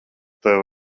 tevi